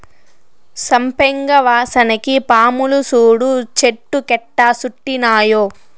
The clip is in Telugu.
సంపెంగ వాసనకి పాములు సూడు చెట్టు కెట్టా సుట్టినాయో